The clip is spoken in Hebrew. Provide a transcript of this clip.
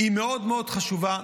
היא מאוד מאוד חשובה,